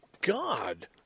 God